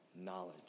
knowledge